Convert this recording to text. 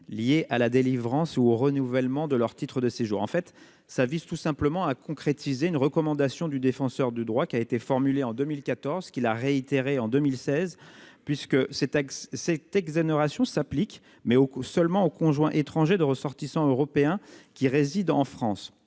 liée à la délivrance ou au renouvellement de leur titre de séjour, en fait, ça vise tout simplement à concrétiser une recommandation du défenseur du droit qui a été formulée en 2014 qui l'a réitéré en 2016 puisque cet axe cette exonération s'applique mais au coup seulement aux conjoints étrangers de ressortissants européens qui résident en France,